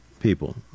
people